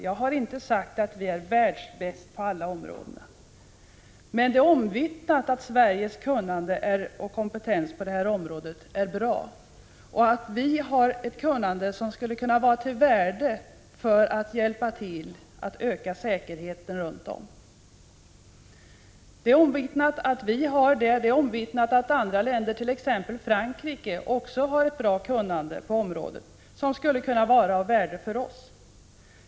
Jag har inte sagt att vi är världsbäst på alla områden, men det är omvittnat att Sveriges kompetens på det här området är bra och att vi har ett kunnande som skulle kunna vara av värde och till hjälp för att öka säkerheten runt om i världen. Det är omvittnat att vi har ett sådant kunnande. Det är omvittnat att andra länder, t.ex. Frankrike, också har ett bra kunnande på området, som skulle kunna vara av värde för oss.